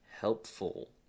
helpful